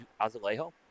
Azalejo